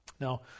Now